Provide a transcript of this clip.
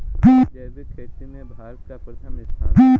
जैविक खेती में भारत का प्रथम स्थान है